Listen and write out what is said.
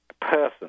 person